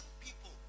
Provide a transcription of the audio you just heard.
people